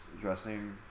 dressing